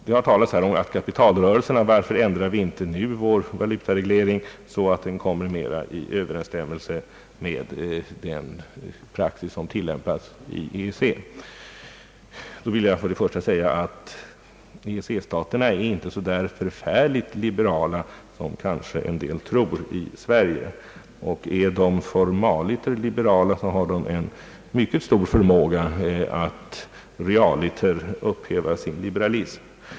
I samband med diskussionerna kring kapitalrörelserna har det frågats, varför vi inte ändrar vår valutareglering så att den blir mer i överensstämmelse med den praxis som tilllämpas i EEC. På det vill jag svara att EEC-staterna inte är så förfärligt liberala som en del människor i Sverige kanske tror. är de formaliter liberala, så har de en mycket stor förmåga att realiter upphäva sin liberalism.